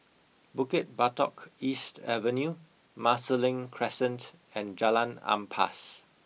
Bukit Batok East Avenue Marsiling Crescent and Jalan Ampas